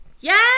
Yes